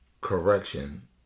correction